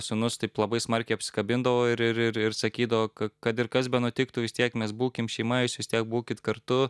sūnus taip labai smarkiai apsikabindavo ir ir ir ir sakydavo kad ir kas benutiktų vis tiek mes būkim šeima vis tiek būkit kartu